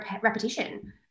repetition